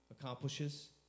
accomplishes